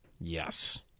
Yes